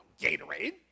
Gatorade